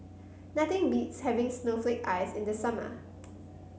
nothing beats having Snowflake Ice in the summer